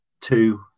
two